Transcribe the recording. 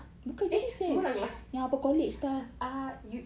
eh sembarang lah ah you